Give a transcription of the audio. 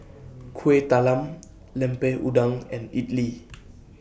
Kuih Talam Lemper Udang and Idly